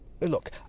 look